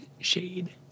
shade